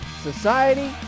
society